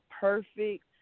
perfect